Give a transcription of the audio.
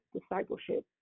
discipleship